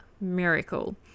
miracle